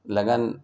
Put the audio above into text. لگن